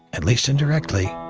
at least indirectly,